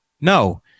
no